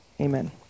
Amen